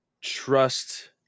trust